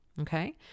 okay